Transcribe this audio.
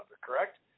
correct